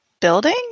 building